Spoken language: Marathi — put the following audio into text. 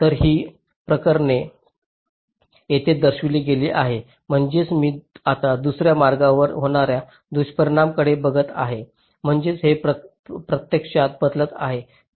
तर ही प्रकरणे येथे दर्शविली गेली आहेत म्हणजेच मी आता दुसर्या मार्गावर होणाऱ्या दुष्परिणामांकडे बघत आहे म्हणजेच हे प्रत्यक्षात बदलत आहे